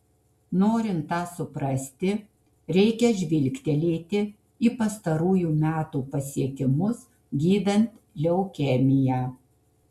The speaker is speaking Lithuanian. norint tą suprasti reikia žvilgtelėti į pastarųjų metų pasiekimus gydant leukemiją